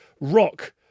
rock